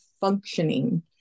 functioning